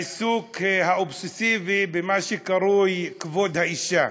בעיסוק האובססיבי במה שקרוי "כבוד האישה".